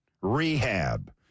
rehab